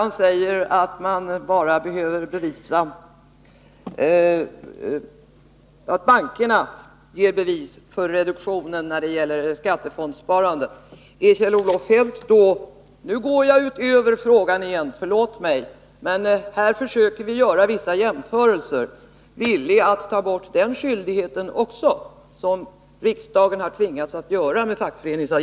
När Kjell-Olof Feldt säger att bankerna ger bevis för reduktionen när det gäller skattefondssparandet — nu går jag utanför frågan igen, förlåt mig, men här försöker vi göra vissa jämförelser — är Kjell-Olof Feldt då villig att ta bort den skyldigheten också Nr 61 på samma sätt som riksdagen har tvingats göra i fråga om fackföreningsav